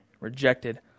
rejected